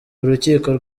urukiko